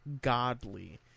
godly